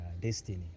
destiny